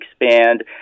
expand